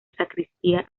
sacristía